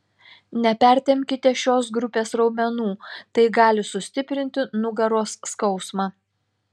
nepertempkite šios grupės raumenų tai gali sustiprinti nugaros skausmą